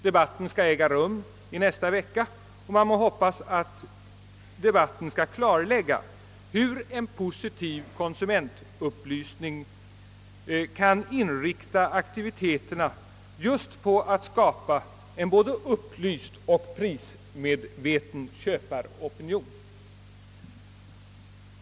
Man må hoppas att debatten, som skall äga rum i nästa vecka, skall klarlägga hur en positiv konsumentupplysning kan inrikta aktiviteterna just på att skapa en både upplyst och prismedveten köparopinion.